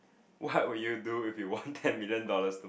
what would you do if you won ten million dollars